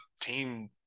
team